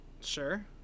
sure